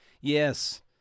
Yes